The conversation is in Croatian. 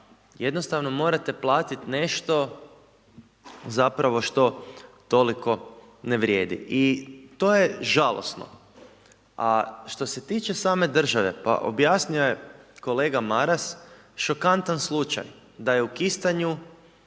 jednostavno morate platiti nešto zapravo što toliko ne vrijedi. I to je žalosno. A što se tiče same države, pa objasnio je kolega Maras šokantan slučaj da je u Kistanju